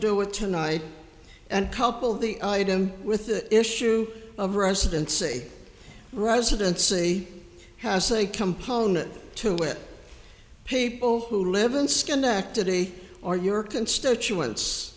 do it tonight and couple the items with the issue of residency residency has a component to it people who live in schenectady or your constituents